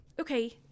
okay